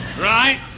Right